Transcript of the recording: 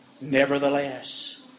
Nevertheless